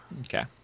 okay